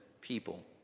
people